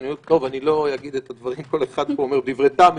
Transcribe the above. טוב, לא אגיד את הדברים, כל אחד פה אומר דברי טעם.